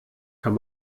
kann